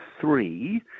three